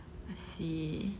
I see